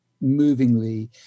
movingly